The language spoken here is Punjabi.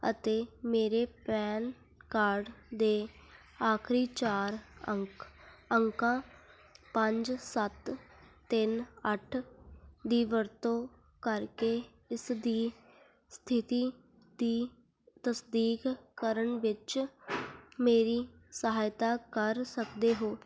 ਅਤੇ ਮੇਰੇ ਪੈਨ ਕਾਰਡ ਦੇ ਆਖਰੀ ਚਾਰ ਅੰਕ ਅੰਕਾਂ ਪੰਜ ਸੱਤ ਤਿੰਨ ਅੱਠ ਦੀ ਵਰਤੋਂ ਕਰਕੇ ਇਸ ਦੀ ਸਥਿਤੀ ਦੀ ਤਸਦੀਕ ਕਰਨ ਵਿੱਚ ਮੇਰੀ ਸਹਾਇਤਾ ਕਰ ਸਕਦੇ ਹੋ